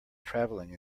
traveling